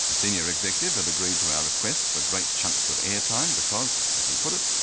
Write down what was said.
ah senior executive had agreed to our request for great chunks of air time because, as he put it,